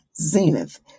zenith